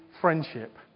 friendship